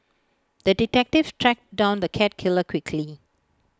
the detective tracked down the cat killer quickly